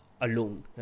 alone